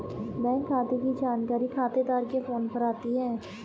bank खाते की जानकारी खातेदार के फोन पर आती है